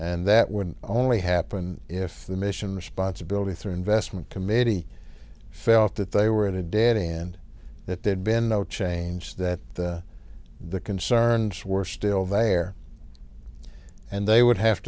and that would only they happen if the mission responsibility through investment committee felt that they were at a dead end that there'd been no change that the concerns were still there and they would have